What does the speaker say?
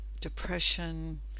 depression